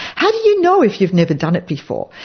how do you know, if you've never done it before?